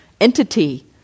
entity